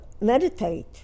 meditate